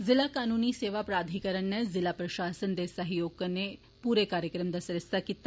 जिला कनूनी सेवा प्राधीकरण नै ज़िला प्रशासन दे सहयोग कन्नै पूरे कार्यक्रम दा सरिस्ता कीता